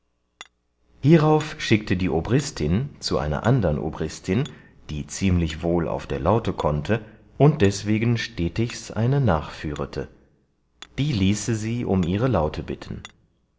hierauf schickte die obristin zu einer andern obristin die ziemlich wohl auf der laute konnte und deswegen stetigs eine nachführete die ließe sie um ihre laute bitten